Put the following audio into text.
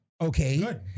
Okay